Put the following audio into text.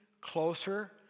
closer